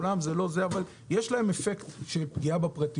אמנם זה לא זה, אבל יש להם אפקט של פגיעה בפרטיות.